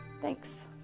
thanks